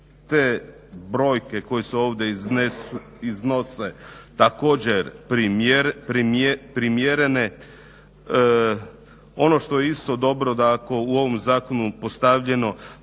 te brojke koje se ovdje iznose također primjerene. Ono što je isto dobro, da ako u ovom zakonu postavljeno